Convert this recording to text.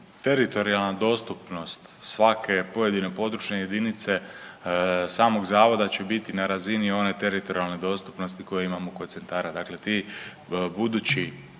Teritorijalna dostupnost svake pojedine područne jedinice samog zavoda će biti na razini one teritorijalne dostupnosti koje imamo kod centara,